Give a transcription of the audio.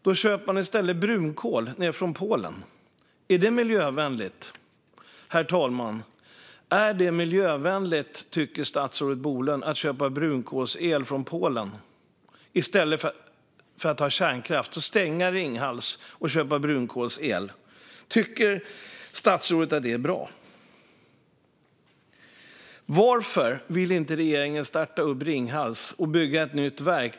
Då köper man i stället brunkolsel från Polen. Är det miljövänligt? Tycker statsrådet Bolund att det är miljövänligt att köpa brunkolsel från Polen i stället för att ha kärnkraft? Tycker statsrådet att det är bra att stänga Ringhals och köpa brunkolsel? Varför vill inte regeringen starta upp Ringhals och bygga ett nytt kärnkraftverk?